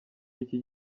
iki